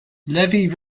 levy